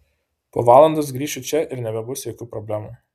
po valandos grįšiu čia ir nebebus jokių problemų